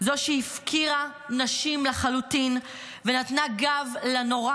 זו שהפקירה נשים לחלוטין ונתנה גב לנורא